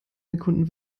sekunden